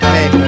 Hey